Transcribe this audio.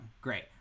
great